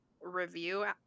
review